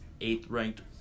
eighth-ranked